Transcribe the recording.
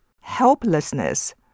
helplessness